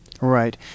right